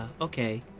okay